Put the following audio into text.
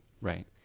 Right